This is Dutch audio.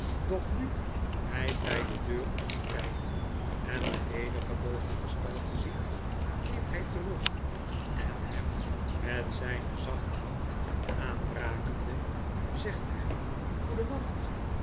doch nu hy by de deur omkijkt en de nedergebogen gestalte ziet keert hij terug en hem met zyne zachte hand aanrakende zegt hy